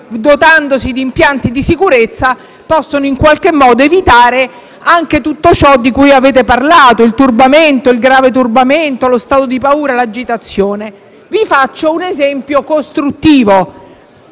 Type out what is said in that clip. dotandosi di impianti di sicurezza, possono evitare tutto ciò di cui avete parlato: il turbamento, il grave turbamento, lo stato di paura, l'agitazione. Vi faccio un esempio costruttivo,